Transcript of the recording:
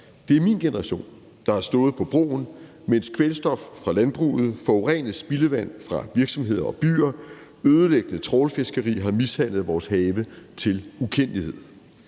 Det er min generation, der har stået på broen, mens kvælstof fra landbruget, forurenet spildevand fra virksomheder og byer og ødelæggende trawlfiskeri har mishandlet vores have til ukendelighed.